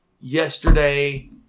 Yesterday